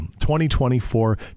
2024